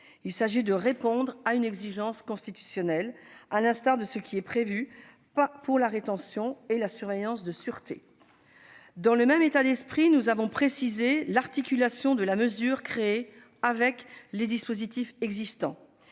Il s'agit de répondre à une exigence constitutionnelle, à l'instar de ce qui est prévu pour la rétention et la surveillance de sûreté. Dans le même état d'esprit, nous avons précisé l'articulation de la mesure créée avec les dispositifs existants.